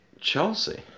Chelsea